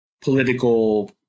political